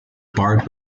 barred